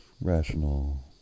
rational